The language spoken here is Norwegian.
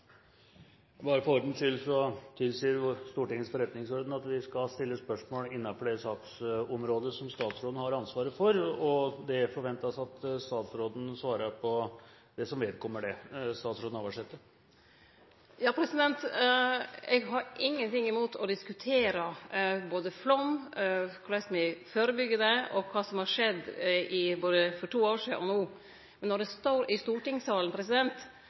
Stortingets forretningsorden tilsier at vi skal stille spørsmål innenfor det saksområdet som statsråden har ansvaret for, og det forventes at statsråden svarer på det som vedkommer det. Eg har ingenting imot å diskutere flaum, korleis me førebyggjer den og kva som har skjedd, både for to år sidan og no. Men når eg står i stortingssalen